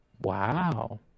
Wow